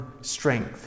strength